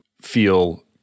feel